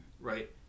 Right